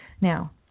Now